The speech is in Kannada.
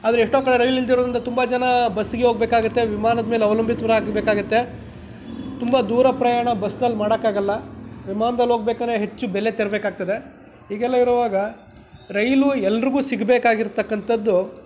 ಆದರೆ ಎಷ್ಟೋ ಕಡೆ ರೈಲ್ ಇಲ್ದೇ ಇರೋದರಿಂದ ತುಂಬ ಜನ ಬಸ್ಸ್ಗೆ ಹೋಗ್ಬೇಕಾಗತ್ತೆ ವಿಮಾನದ ಮೇಲೆ ಅವಲಂಬಿತರಾಗಿರ್ಬೇಕಾಗುತ್ತೆ ತುಂಬ ದೂರ ಪ್ರಯಾಣ ಬಸ್ನಲ್ಲಿ ಮಾಡಕ್ಕೆ ಆಗೋಲ್ಲ ವಿಮಾನ್ದಲ್ಲಿ ಹೋಗ್ಬೇಕಾರೆ ಹೆಚ್ಚು ಬೆಲೆ ತೆರಬೇಕಾಗ್ತದೆ ಹೀಗೆಲ್ಲ ಇರುವಾಗ ರೈಲು ಎಲ್ರಿಗೂ ಸಿಗಬೇಕಾಗಿರ್ತಕ್ಕಂಥದ್ದು